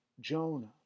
Jonah